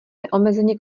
neomezeně